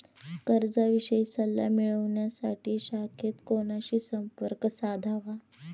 कर्जाविषयी सल्ला मिळवण्यासाठी शाखेत कोणाशी संपर्क साधावा?